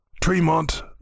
Tremont